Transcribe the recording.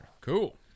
Cool